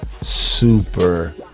super